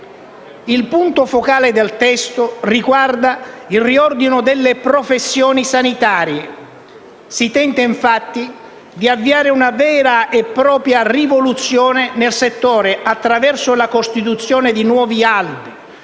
Il punto focale del testo riguarda il riordino delle professioni sanitarie. Si tenta infatti di avviare una vera e propria rivoluzione nel settore attraverso la costituzione di nuovi albi,